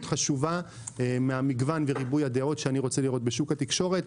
חשובה מהמגוון וריבוי הדעות שאני רוצה לראות בשוק התקשורת.